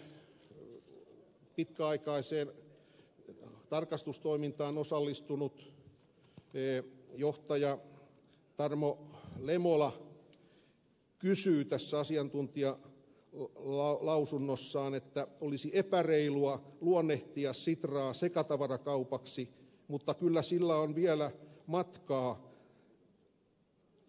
sitran toiminnan pitkäaikaiseen tarkastustoimintaan osallistunut johtaja tarmo lemola toteaa tässä asiantuntijalausunnossaan että olisi epäreilua luonnehtia sitraa sekatavarakaupaksi mutta kyllä sillä on vielä matkaa